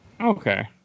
Okay